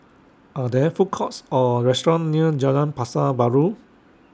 Are There Food Courts Or restaurants near Jalan Pasar Baru